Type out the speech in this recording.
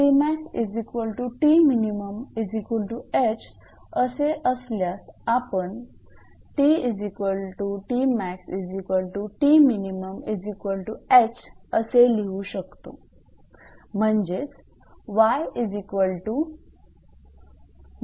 तर असे असल्यास आपण 𝑇𝑇𝑚𝑎𝑥𝑇𝑚𝑖𝑛𝐻 असे लिहू शकतो